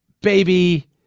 baby